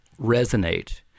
resonate